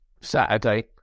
Saturday